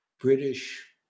British